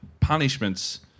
punishments